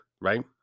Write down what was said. right